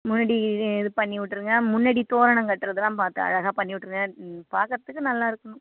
முன்னாடி இது இது பண்ணிவிட்டுருங்க முன்னாடி தோரணம் கட்டுறதெல்லாம் பார்த்து அழகாக பண்ணிவிட்டுருங்க பார்க்கறதுக்கு நல்ல இருக்கணும்